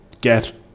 get